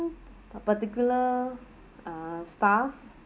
particular uh staff